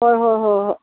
ꯍꯣꯏ ꯍꯣꯏ ꯍꯣꯏ